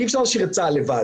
כי אי אפשר להשאיר את צה"ל לבד.